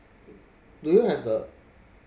do you have the